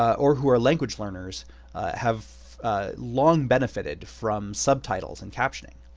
or who are language learners have long benefited from subtitles and captioning.